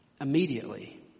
Immediately